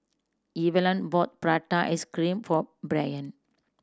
Evalyn bought prata ice cream for Brayan